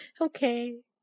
Okay